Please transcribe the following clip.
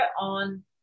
on